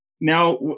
Now